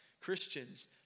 Christians